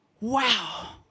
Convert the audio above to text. Wow